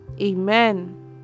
Amen